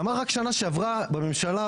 רק בשנה שעברה בממשלה,